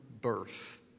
birth